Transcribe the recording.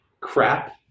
crap